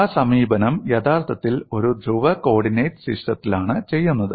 ആ സമീപനം യഥാർത്ഥത്തിൽ ഒരു ധ്രുവ കോർഡിനേറ്റ് സിസ്റ്റത്തിലാണ് ചെയ്യുന്നത്